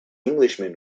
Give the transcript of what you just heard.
englishman